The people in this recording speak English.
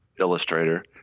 illustrator